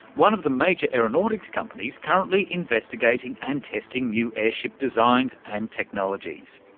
one of the major aeronautics companies currently investigating and testing new airship designs and technologies.